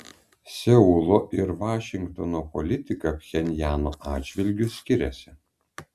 seulo ir vašingtono politika pchenjano atžvilgiu skiriasi